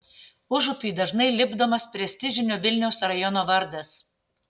užupiui dažnai lipdomas prestižinio vilniaus rajono vardas